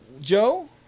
Joe